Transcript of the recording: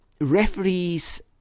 referees